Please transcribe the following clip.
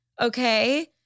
okay